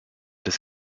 des